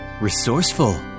resourceful